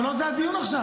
אבל לא זה הדיון עכשיו.